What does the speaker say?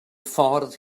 ffordd